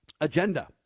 agenda